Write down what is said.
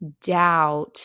doubt